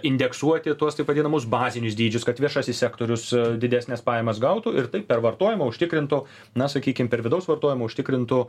indeksuoti tuos taip vadinamus bazinius dydžius kad viešasis sektorius didesnes pajamas gautų ir taip per vartojimą užtikrintų na sakykim per vidaus vartojimą užtikrintų